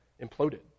imploded